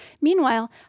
Meanwhile